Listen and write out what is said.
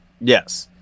Yes